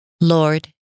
Lord